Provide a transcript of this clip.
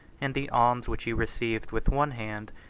and the alms which he received with one hand,